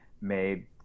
made